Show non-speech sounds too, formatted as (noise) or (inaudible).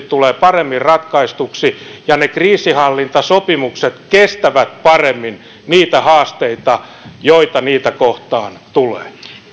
(unintelligible) tulevat paremmin ratkaistuiksi ja ne kriisinhallintasopimukset kestävät paremmin niitä haasteita joita niitä kohtaan tulee